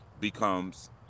becomes